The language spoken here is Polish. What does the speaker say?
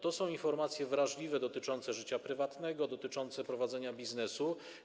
To są informacje wrażliwe dotyczące życia prywatnego, dotyczące prowadzenia biznesu.